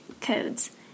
codes